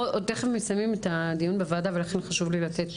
אנחנו תיכף מסיימים את הדיון בוועדה ולכן חשוב לי לתת,